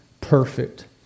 perfect